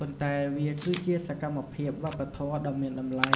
ប៉ុន្តែវាគឺជាសកម្មភាពវប្បធម៌ដ៏មានតម្លៃ